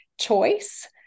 choice